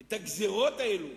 את הגזירות האלו